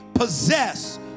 Possess